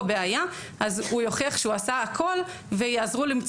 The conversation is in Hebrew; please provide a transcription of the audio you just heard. בעיה אז הוא יוכיח שהוא עשה הכול ויעזרו לו למצוא